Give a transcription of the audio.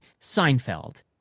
Seinfeld